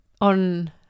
On